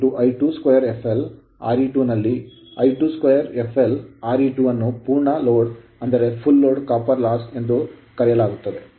ಆದ್ದರಿಂದ X2 I2 2fl Re2 ನಲ್ಲಿ I2 2fl Re2 ಅನ್ನು ಪೂರ್ಣ full load copper loss load ತಾಮ್ರದ ನಷ್ಟ ಎಂದು ಕರೆಯಲಾಗುತ್ತದೆ